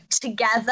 together